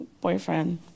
boyfriend